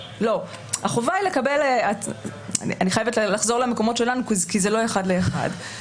אני חייבת לחזור למקומות שלנו כי זה לא אחד לאחד.